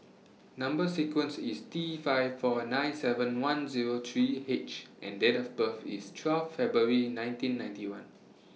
Number sequence IS T five four nine seven one Zero three H and Date of birth IS twelve February nineteen ninety one